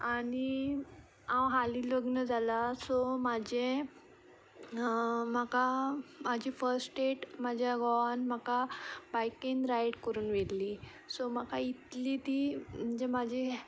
आनी हांव हालीं लग्न जालां सो म्हजें म्हाका म्हजी फस्ट डेट म्हज्या घोवान म्हाका बायकींन रायड करून व्हेल्ली सो म्हाका इतली ती म्हणजे म्हजी